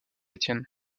étienne